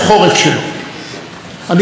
אני שמח ומתכבד,